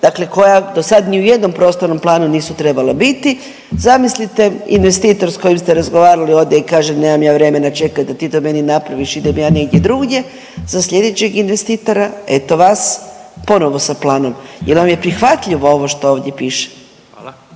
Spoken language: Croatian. dakle koja do sad ni u jednom prostornom planu nisu trebala biti. Zamislite investitor s kojim ste razgovarali ode i kaže nemam ja vremena čekat da ti to meni napraviš idem ja negdje drugdje, za sljedećeg investitora eto vas ponovo sa planom. Jel vam je prihvatljivo ovo što ovdje piše?